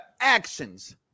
actions